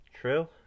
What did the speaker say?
true